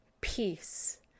peace